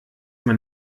man